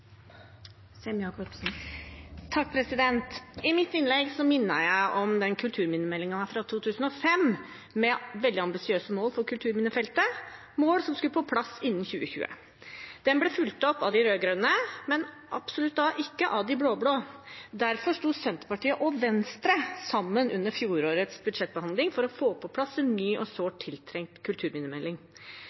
I mitt innlegg minnet jeg om kulturminnemeldingen fra 2005, med veldig ambisiøse mål for kulturminnefeltet, mål som skulle på plass innen 2020. Den ble fulgt opp av de rød-grønne, men absolutt ikke av de blå-blå. Derfor sto Senterpartiet og Venstre sammen under fjorårets budsjettbehandling for å få på plass en ny og sårt tiltrengt kulturminnemelding.